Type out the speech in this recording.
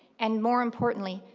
and more importantly,